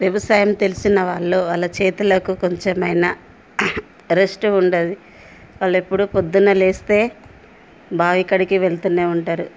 వ్యవసాయం తెలిసిన వాళ్ళు వాళ్ళ చేతులకు కొంచమైనా రెస్ట్ ఉండదు వాళ్ళు ఎప్పుడూ పొద్దున్నే లేస్తే బావి కాడికి వెళ్తూనే ఉంటారు